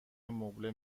مبله